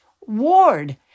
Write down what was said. Ward